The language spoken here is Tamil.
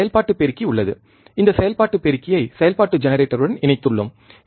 ஒரு செயல்பாட்டு பெருக்கி உள்ளது இந்தச் செயல்பாட்டு பெருக்கியை செயல்பாட்டு ஜெனரேட்டர் உடன் இணைத்துள்ளோம்